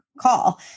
call